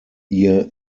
ihr